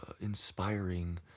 inspiring